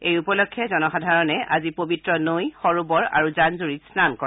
এই উপলক্ষে জনসাধাৰণে আজি পবিত্ৰ নৈ সৰোবৰ আৰু জান জুৰিত ম্নন কৰে